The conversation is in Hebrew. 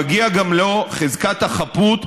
ומגיעה גם לו חזקת החפות,